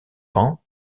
pan